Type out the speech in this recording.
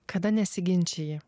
kada nesiginčiji